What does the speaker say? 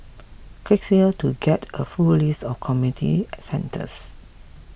click here to get a full list of community centres